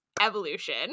evolution